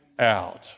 out